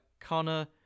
Connor